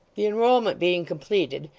the enrolment being completed,